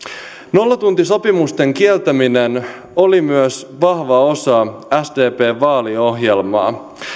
nollatuntisopimusten kieltäminen oli myös vahva osa sdpn vaaliohjelmaa